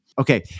Okay